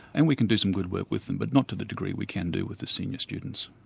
and we can do some good work with them but not to the degree we can do with the senior students.